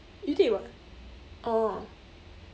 you did [what] oh